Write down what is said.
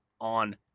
on